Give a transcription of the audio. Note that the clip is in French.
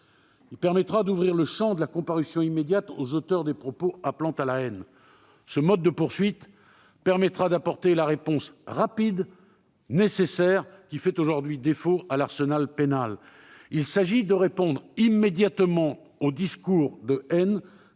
qui permettra d'ouvrir le champ de la comparution immédiate aux auteurs des propos appelant à la haine. Ce mode de poursuite permettra d'apporter la réponse rapide, nécessaire, qui fait aujourd'hui défaut à l'arsenal pénal. Il s'agit de répondre immédiatement aux discours de haine